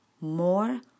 more